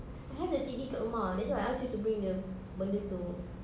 I have the C_D dekat rumah that's why I ask you to bring the benda itu